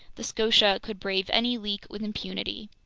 the scotia could brave any leak with impunity.